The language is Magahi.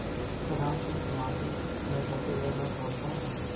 बादाम किस माटी में सबसे ज्यादा होता है?